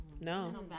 No